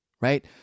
right